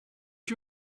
you